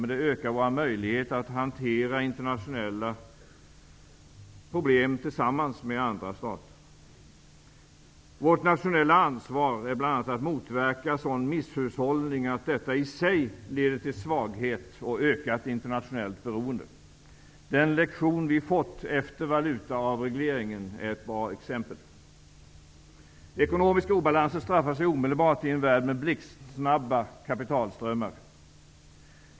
Men det ökar våra möjligheter att hantera internationella problem tillsammans med andra stater. Vårt nationella ansvar är bl.a. att motverka sådan misshushållning att detta i sig leder till svaghet och ökat internationellt beroende. Den lektion vi fått efter valutaavregleringen är ett bra exempel. Ekonomiska obalanser straffar sig omedelbart i en värld med blixtsnabba kapitalströmmar.